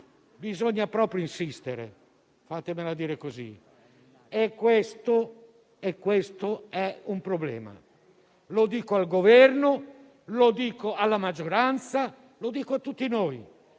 bisogna proprio insistere - fatemelo dire così - e questo è un problema. Lo dico al Governo, alla maggioranza, all'opposizione, a tutti noi.